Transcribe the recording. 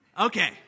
Okay